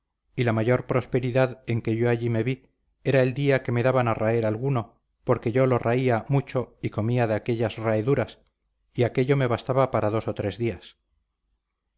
y la mayor prosperidad en que yo allí me vi era el día que me daban a raer alguno porque yo lo raía mucho y comía de aquellas raeduras y aquello me bastaba para dos o tres días